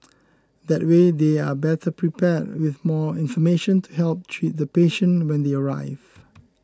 that way they are better prepared with more information to help treat the patient when they arrive